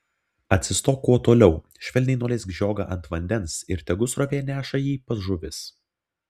atsistok kuo toliau švelniai nuleisk žiogą ant vandens ir tegu srovė neša jį pas žuvis